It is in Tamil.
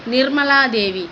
நிர்மலா தேவி